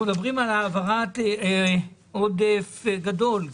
אנחנו מדברים על העברת עודף גדול,